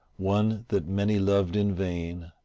one that many loved in vain,